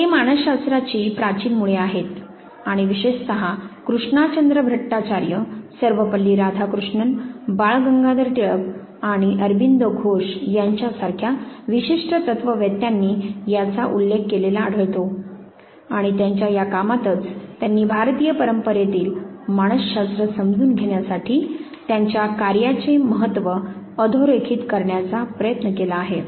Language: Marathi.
ते मानसशास्त्राची प्राचीन मुळे आहेत आणि विशेषत कृष्णाचंद्र भट्टाचार्य सर्वपल्ली राधाकृष्णन बाळ गंगाधर टिळक आणि अरोबिंदो घोष यांच्यासारख्या विशिष्ट तत्ववेत्यांनी याचा उल्लेख केलेला आढळतो आणि त्यांच्या या कामातच त्यांनी भारतीय परंपरेतील मानसशास्त्र समजून घेण्यासाठी त्यांच्या कार्याचे महत्त्व अधोरेखित करण्याचा प्रयत्न केला आहे